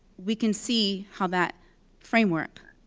we can see how that framework